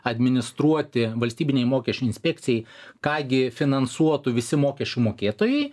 administruoti valstybinei mokesčių inspekcijai ką gi finansuotų visi mokesčių mokėtojai